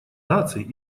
наций